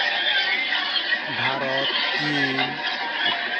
ᱵᱷᱟᱨᱚᱛ ᱪᱤᱱ